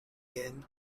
again